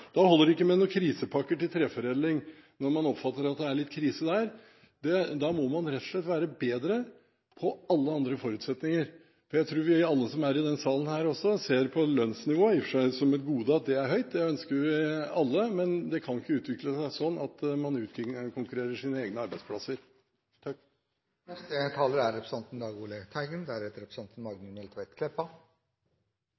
Da holder det ikke med noen krisepakker til treforedling når man oppfatter at det er litt krise der, da må man rett og slett være bedre på alle andre forutsetninger. Jeg tror vi alle som er i denne salen her, i og for seg ser det som et gode at lønnsnivået er høyt – det ønsker vi alle – men det kan ikke utvikle seg sånn at man utkonkurrerer sine egne arbeidsplasser. La meg begynne med å slå fast at jeg er